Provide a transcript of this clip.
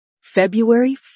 February